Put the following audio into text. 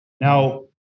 Now